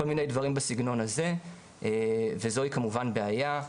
כל מיני דברים בסגנון הזה וזוהי כמובן בעיה.